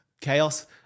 chaos